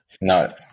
No